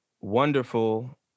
wonderful